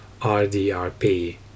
RDRP